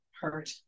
hurt